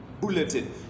bulletin